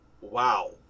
wow